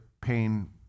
pain